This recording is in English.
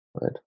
right